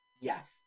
Yes